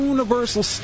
Universal